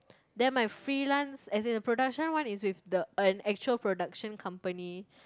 then my freelance as in the production one is with the an actual production company